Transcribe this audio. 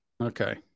Okay